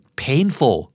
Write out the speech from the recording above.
painful